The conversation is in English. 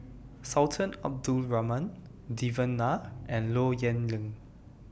Sultan Abdul Rahman Devan Nair and Low Yen Ling